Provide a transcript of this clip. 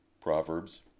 Proverbs